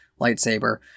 lightsaber